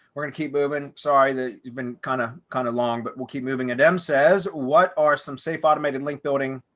we're gonna keep moving sorry that you've been kind of kind of long, but we'll keep moving. adam says what are some safe automated link building,